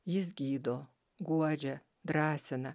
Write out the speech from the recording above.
jis gydo guodžia drąsina